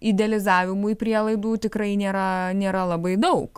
idealizavimui prielaidų tikrai nėra nėra labai daug